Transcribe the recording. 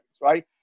right